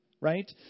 right